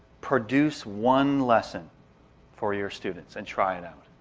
produce one lesson for your students and try it out.